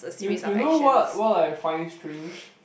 you you know what what I find strange